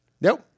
Nope